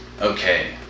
okay